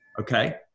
Okay